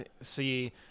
see